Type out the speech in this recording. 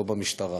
לא במשטרה.